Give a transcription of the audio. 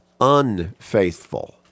unfaithful